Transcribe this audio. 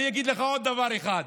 אני אגיד לך עוד דבר אחד.